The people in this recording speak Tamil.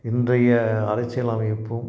இன்றைய அரசியல் அமைப்பும்